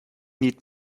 need